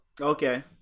Okay